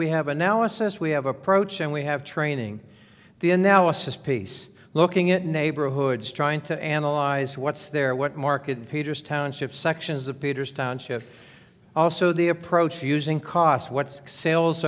we have analysis we have approach and we have training the analysis piece looking at neighborhoods trying to analyze what's there what market peters township sections of peter's township also the approach using cost what's sales